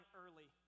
early